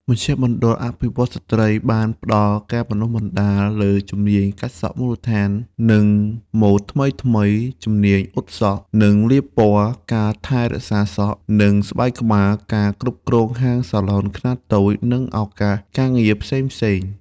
មជ្ឈមណ្ឌលអភិវឌ្ឍន៍ស្ត្រី បានផ្តល់ការបណ្តុះបណ្តាលលើ ជំនាញកាត់សក់មូលដ្ឋាន និងម៉ូដថ្មីៗ ជំនាញអ៊ុតសក់ និងលាបពណ៌ ការថែរក្សាសក់ និងស្បែកក្បាល ការគ្រប់គ្រងហាងសាឡនខ្នាតតូច និងឱកាសការងារផ្សេងៗ។